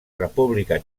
república